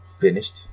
finished